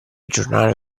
aggiornare